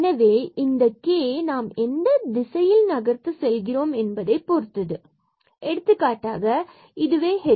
எனவே இந்த k நாம் எந்த திசையில் நகர்ந்து செல்கின்றோம் என்பதை பொறுத்தது எனவே எடுத்துக்காட்டாக இதுவே h